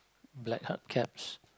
black hard caps